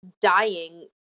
dying